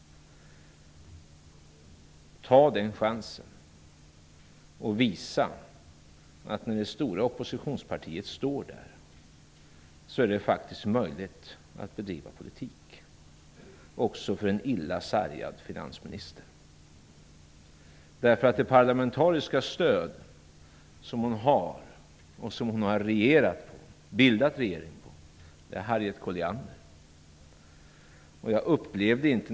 Ta chansen och visa att det, när det stora oppositionspartiet står där, faktiskt är möjligt också för en illa sargad finansminister att bedriva politik! Det parlamentariska stöd hon har och som hon har bildat regering på är Harriet Colliander och hennes parti.